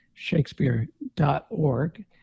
shakespeare.org